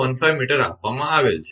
015 𝑚 આપવામાં આવેલ છે